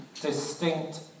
distinct